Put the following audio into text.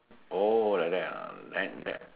oh like that ah and then